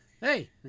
hey